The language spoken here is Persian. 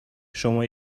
شما